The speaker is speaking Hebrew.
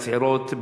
והצעירות,